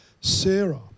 Sarah